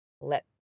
Let